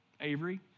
Avery